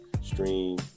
stream